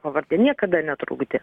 pavardė niekada netrukdė